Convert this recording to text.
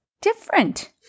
different